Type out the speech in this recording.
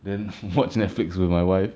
then watch Netflix with my wife